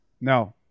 No